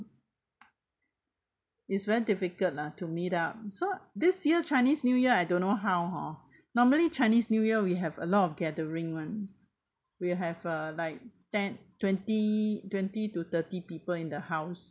it's very difficult lah to meet up so this year chinese new year I don't know how hor normally chinese new year we have a lot of gathering one we have uh like ten twenty twenty to thirty people in the house